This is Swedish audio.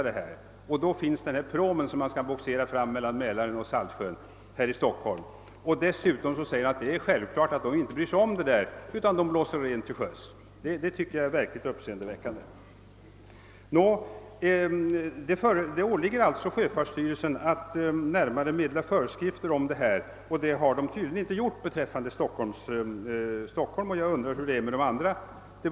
I Stockholm finns bara den här pråmen som man kan bogsera mellan Mälaren och Saltsjön. Dessutom framhålles att det är självklart att man inte bryr sig om detta utan blåser rent till sjöss. Det åligger alltså sjöfartsstyrelsen att meddela närmare föreskrifter på detta område men det har den tydligen inte gjort beträffande Stockholm, och jag undrar hur det förhåller sig med andra orter.